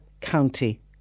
county